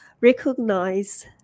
recognize